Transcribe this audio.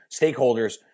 stakeholders